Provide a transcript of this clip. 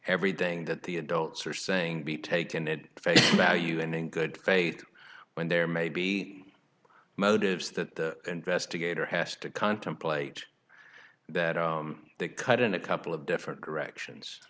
everything that the adults are saying be taken in face value and in good faith when there may be motives that investigator has to contemplate that they cut in a couple of different directions